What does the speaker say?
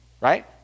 right